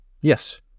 Yes